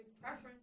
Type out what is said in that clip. preference